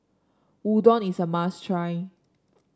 udon is a must try